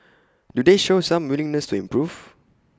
do they show some willingness to improve